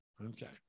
Okay